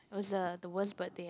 was uh the worst birthday